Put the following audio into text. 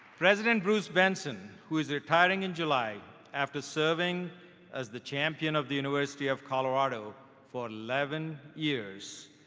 president bruce benson, who is retiring in july after serving as the champion of the university of colorado for eleven years,